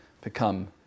become